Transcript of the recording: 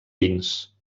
vins